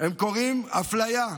הם קוראים "אפליה".